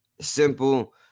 simple